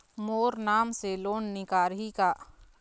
मोर नाम से लोन निकारिही का?